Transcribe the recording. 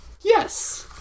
Yes